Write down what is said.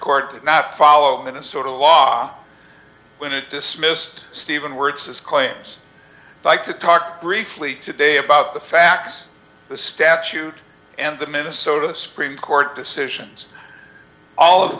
court not follow minnesota law when it dismissed stephen words as claims like to talk briefly today about the facts the statute and the minnesota supreme court decisions all of